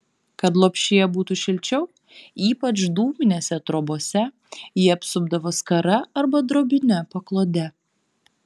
kad lopšyje būtų šilčiau ypač dūminėse trobose jį apsupdavo skara arba drobine paklode